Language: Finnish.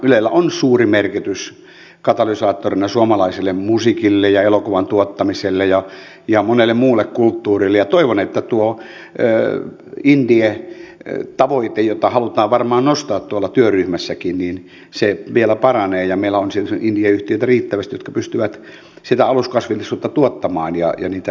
ylellä on suuri merkitys katalysaattorina suomalaiselle musiikille ja elokuvan tuottamiselle ja monelle muulle kulttuurille ja toivon että tuo indie tavoite jota halutaan varmaan nostaa tuolla työryhmässäkin vielä paranee ja meillä on riittävästi indie yhtiöitä jotka pystyvät sitä aluskasvillisuutta ja niitä ohjelmia tuottamaan